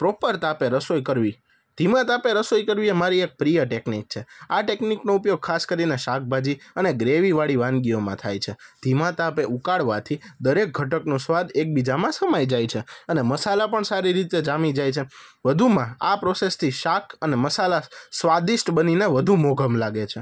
proper તાપે રસોઈ કરવી ધીમા તાપે રસોઈ કરવી એ મારી એક પ્રિય ટેકનીક છે આ ટેકનિકનો ઉપયોગ ખાસ કરીને શાકભાજી અને ગ્રેવી વાળી વાનગીઓમાં થાય છે ધીમા તાપે ઉકાળવાથી દરેક ઘટકનો સ્વાદ એકબીજામાં સમાઈ જાય છે અને મસાલા પણ સારી રીતે જામી જાય છે વધુમાં આ પ્રોસેસથી શાક અને મસાલા સ્વાદિષ્ટ બનીને વધુ મોઘમ લાગે છે